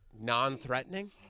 non-threatening